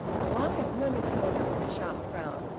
why, murmured hilda, with a sharp frown,